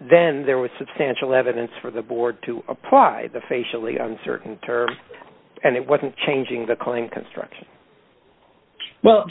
then there was substantial evidence for the board to apply the facially uncertain terms and it wasn't changing the calling construction well